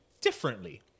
differently